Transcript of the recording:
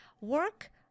work